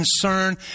concern